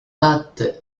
pattes